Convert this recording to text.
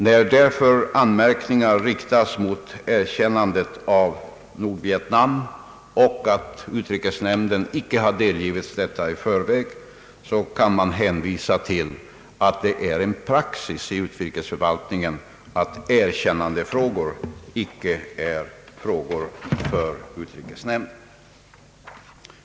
När därför anmärkningar riktas mot erkännandet av Nordvietnam och att utrikesnämnden icke delgivits denna fråga i förväg, kan man hänvisa till rådande praxis inom utrikesförvaltningen, att erkännandefrågor icke är frågor för utrikesnämnden.